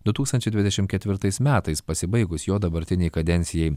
du tūkstančiai dvidešim ketvirtais metais pasibaigus jo dabartinei kadencijai